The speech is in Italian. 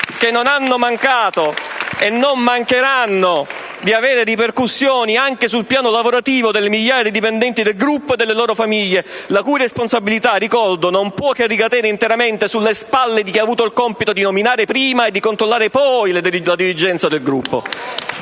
che non hanno mancato e non mancheranno di avere ripercussioni anche sul piano lavorativo per le migliaia di dipendenti del gruppo e per le loro famiglie, la cui responsabilità, ricordo, non può che ricadere interamente sulle spalle di chi ha avuto il compito di nominare prima e di controllare poi la dirigenza del